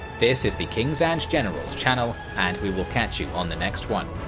this is the kings and generals channel, and we will catch you on the next one.